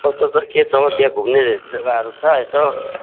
कस्तो छ के छ हौ त्यहाँ घुम्ने जग्गाहरू छ यसो